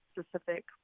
specific